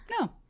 No